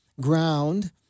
ground